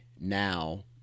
now